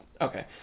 Okay